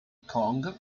kong